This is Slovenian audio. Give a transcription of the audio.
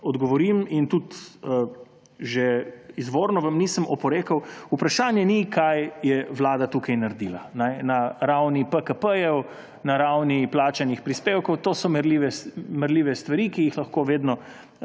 odgovorim – in tudi že izvorno vam nisem oporekal –; vprašanje ni, kaj je Vlada tu naredila na ravni PKP, na ravni plačanih prispevkov, to so merljive stvari, ki jih lahko vedno